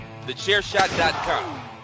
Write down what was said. thechairshot.com